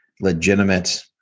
legitimate